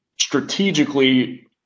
strategically